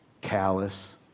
callous